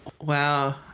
Wow